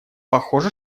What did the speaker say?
похоже